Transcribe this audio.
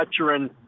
veteran